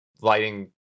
lighting